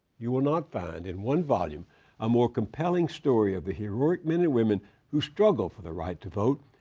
you will not find in one volume a more compelling story of the heroic men and women who struggled for the right to vote,